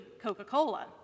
Coca-Cola